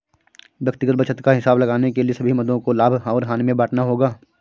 व्यक्तिगत बचत का हिसाब लगाने के लिए सभी मदों को लाभ और हानि में बांटना होगा